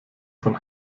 von